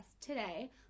today